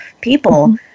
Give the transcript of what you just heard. people